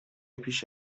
پیش